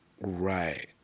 Right